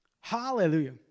Hallelujah